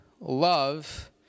love